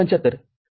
७५ ३